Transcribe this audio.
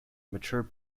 mature